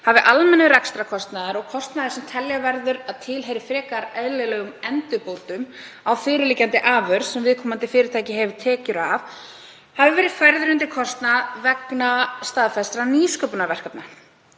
hafi almennur rekstrarkostnaður og kostnaður sem telja verður að tilheyri frekar eðlilegum endurbótum á fyrirliggjandi afurð sem viðkomandi fyrirtæki hefur tekjur af verið færður undir kostnað vegna staðfestra nýsköpunarverkefna.“